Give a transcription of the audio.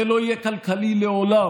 זה לא יהיה כלכלי לעולם.